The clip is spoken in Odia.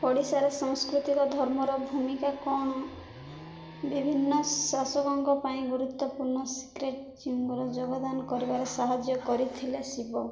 ଓଡ଼ିଶାରେ ସଂସ୍କୃତିକ ଧର୍ମର ଭୂମିକା କଣ ବିଭିନ୍ନ ଶାସକଙ୍କ ପାଇଁ ଗୁରୁତ୍ୱପୂର୍ଣ୍ଣ ସିକ୍ରେଟ ଚିଙ୍ଗର ଯୋଗଦାନ କରିବାରେ ସାହାଯ୍ୟ କରିଥିଲେ ଶିବ